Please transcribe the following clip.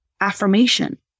affirmation